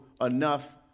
enough